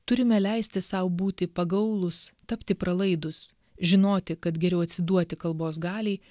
turime leisti sau būti pagaulūs tapti pralaidūs žinoti kad geriau atsiduoti kalbos galiai